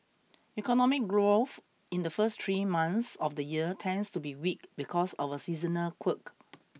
economic growth in the first three months of the year tends to be weak because of a seasonal quirk